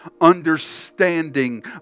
understanding